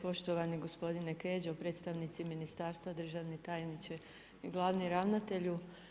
Poštovani gospodine Kedžo, predstavnici ministarstva, državni tajniče, glavni ravnatelju.